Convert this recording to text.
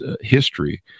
history